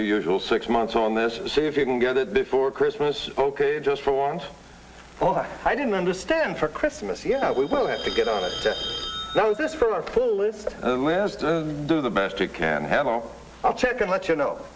your usual six months on this see if you can get it for christmas ok just for once oh i didn't understand for christmas yeah we will have to get on it now this for full is the best you can have oh i'll check and let you know